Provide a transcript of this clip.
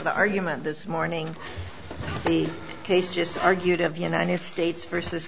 the argument this morning the case just argued of united states versus